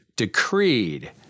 decreed